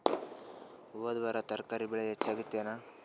ಹೊದ ವಾರ ತರಕಾರಿ ಬೆಲೆ ಹೆಚ್ಚಾಗಿತ್ತೇನ?